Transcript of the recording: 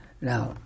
Now